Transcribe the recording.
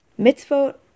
mitzvot